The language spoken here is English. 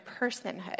personhood